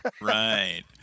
Right